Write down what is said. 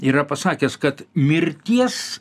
yra pasakęs kad mirties